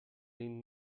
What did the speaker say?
این